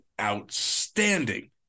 outstanding